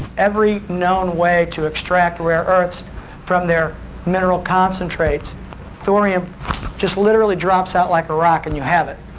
every known way to extract rare earths from their mineral concentrates thorium just literally drops out like a rock and you have it.